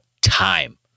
time